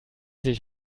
sich